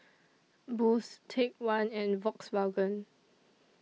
Boost Take one and Volkswagen